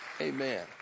amen